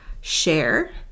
share